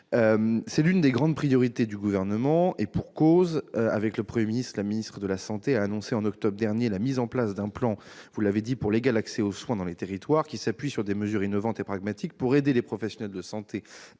est l'une des grandes priorités du Gouvernement. Avec le Premier ministre, la ministre de la santé a annoncé en octobre dernier la mise en place, vous l'avez dit, d'un plan pour l'égal accès aux soins dans les territoires, qui s'appuie sur des mesures innovantes et pragmatiques en vue d'aider les professionnels de santé